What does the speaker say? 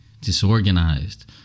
disorganized